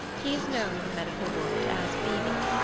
he is known in the medical world as b. b.